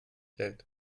hält